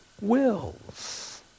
wills